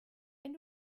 wenn